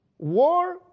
War